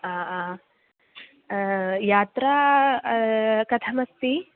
आ आ यात्रा कथमस्ति